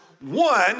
One